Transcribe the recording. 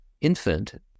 infant